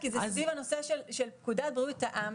כי זה סביב הנושא של פקודת בריאות העם.